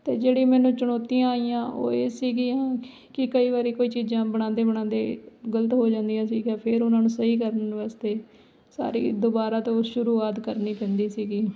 ਅਤੇ ਜਿਹੜੀਆਂ ਮੈਨੂੰ ਚੁਣੌਤੀਆਂ ਆਈਆਂ ਉਹ ਇਹ ਸੀਗੀਆਂ ਕਿ ਕਈ ਵਾਰ ਕੋਈ ਚੀਜ਼ਾਂ ਬਣਾਉਂਦੇ ਬਣਾਉਂਦੇ ਗਲਤ ਹੋ ਜਾਂਦੀਆਂ ਸੀ ਤਾਂ ਫਿਰ ਉਨ੍ਹਾਂ ਨੂੰ ਸਹੀ ਕਰਨ ਵਾਸਤੇ ਸਾਰੀ ਦੁਵਾਰਾ ਤੋਂ ਸ਼ੁਰੂਆਤ ਕਰਨੀ ਪੈਂਦੀ ਸੀਗੀ